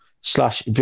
slash